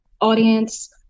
audience